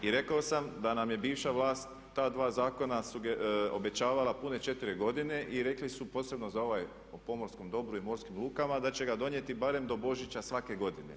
I rekao sam da nam je bivša vlast ta dva zakona obećavala pune četiri godine i rekli su posebno za ovaj o pomorskom dobru i morskim lukama da će ga donijeti barem do Božića svake godine.